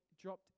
dropped